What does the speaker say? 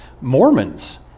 Mormons